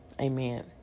amen